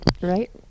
Right